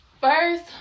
first